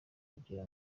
kugira